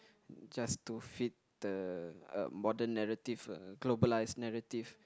just to fit the uh modern narrative uh globalised narrative